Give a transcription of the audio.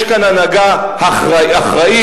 יש כאן הנהגה אחראית,